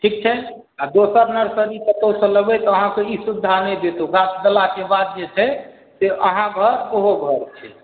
ठीक छै आ दोसर नर्सरी कतहुँसँ लेबै तऽ अहाँके ई सुविधा नहि देत ओ गाछ देलाके बाद जे छै से अहाँ घर ओहो घर छै